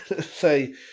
say